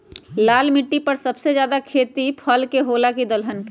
लाल मिट्टी पर सबसे ज्यादा खेती फल के होला की दलहन के?